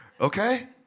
Okay